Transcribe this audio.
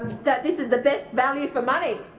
that this is the best value for money.